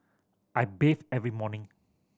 I bathe every morning